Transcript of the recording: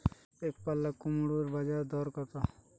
একপাল্লা কুমড়োর বাজার দর কত?